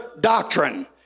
doctrine